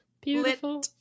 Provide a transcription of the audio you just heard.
beautiful